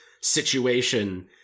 situation